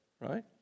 right